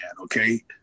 okay